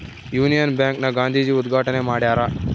Union bank ನ ಗಾಂಧೀಜಿ ಉದ್ಗಾಟಣೆ ಮಾಡ್ಯರ